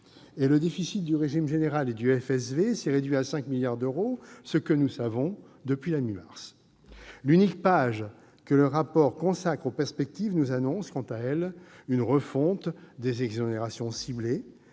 de solidarité vieillesse, le FSV, s'est réduit, à 5 milliards d'euros, ce que nous savons depuis la mi-mars. L'unique page que le rapport consacre aux perspectives nous annonce, quant à elle, une refonte des exonérations ciblées,